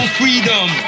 freedom